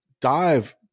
dive